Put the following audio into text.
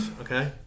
okay